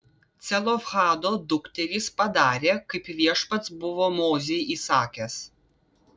celofhado dukterys padarė kaip viešpats buvo mozei įsakęs